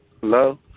Hello